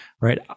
right